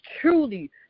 truly